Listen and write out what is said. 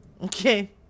Okay